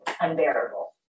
unbearable